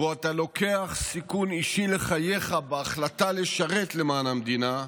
שבו אתה לוקח סיכון אישי על חייך בהחלטה לשרת למען המדינה,